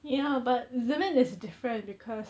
ya but zermatt is different because